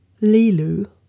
Lilu